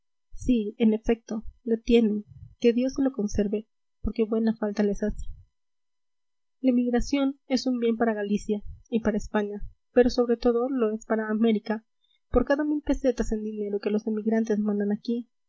si en efecto lo tienen que dios se lo conserve porque buena falta les hace la emigración es un bien para galicia y para españa pero sobre todo lo es para américa por cada mil pesetas en dinero que los emigrantes mandan aquí